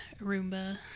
Roomba